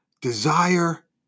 Desire